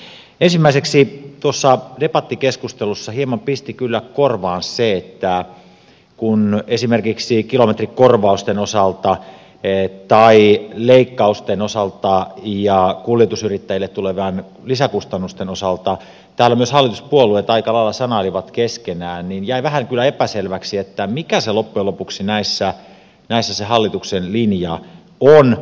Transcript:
ensimmäiseksi tuossa debattikeskustelussa hieman pisti kyllä korvaan se että esimerkiksi kilometrikorvausten osalta tai leikkausten osalta ja kuljetusyrittäjille tulevien lisäkustannusten osalta täällä myös hallituspuolueet aika lailla sanailivat keskenään niin että jäi vähän kyllä epäselväksi mikä loppujen lopuksi näissä se hallituksen linja on